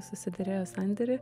susiderėjo sandėrį